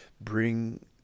bring